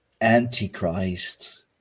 Antichrist